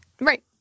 Right